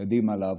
קדימה, לעבודה.